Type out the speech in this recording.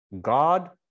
God